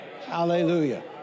Hallelujah